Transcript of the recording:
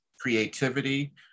creativity